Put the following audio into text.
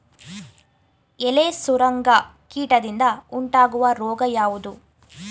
ಎಲೆ ಸುರಂಗ ಕೀಟದಿಂದ ಉಂಟಾಗುವ ರೋಗ ಯಾವುದು?